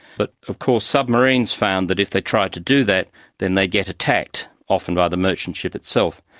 but of course submarines found that if they tried to do that then they get attacked, often by the merchant ship itself.